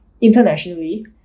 internationally